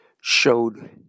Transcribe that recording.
showed